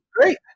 Great